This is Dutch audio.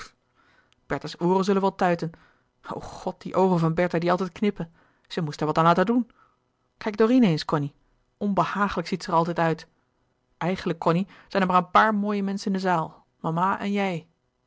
pp bertha's ooren zullen wel tuiten o god die oogen van bertha die altijd knippen ze moest er wat aan laten doen kijk dorine eens cony onbehagelijk ziet ze er altijd uit eigenlijk cony zijn er maar een paar mooie menschen in de zaal mama en jij